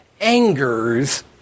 angers